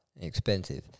expensive